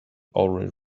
already